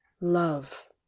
love